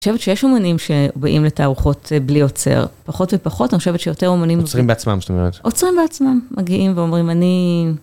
אני חושבת שיש אומנים שבאים לתערוכות בלי אוצר. פחות ופחות, אני חושבת שיותר אומנים... אוצרים בעצמם, זאת אומרת. אוצרים בעצמם, מגיעים ואומרים, אני...